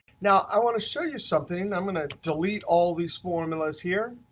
now i want to show you something. i'm going to delete all these formulas here.